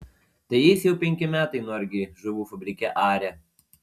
tai jis jau penki metai norgėj žuvų fabrike aria